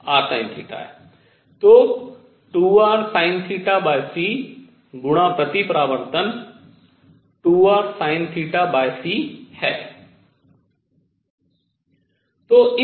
तो 2rsinθc गुणा प्रति परावर्तन 2rsinθc है